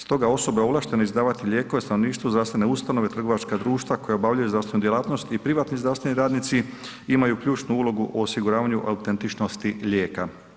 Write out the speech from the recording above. Stoga osobe ovlaštene izdavati lijekove stanovništvu, zdravstvene ustanove, trgovačka društva koja obavljaju zdravstvenu djelatnost i privatni zdravstveni radnici imaju ključnu ulogu u osiguravanju autentičnosti lijeka.